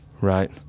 right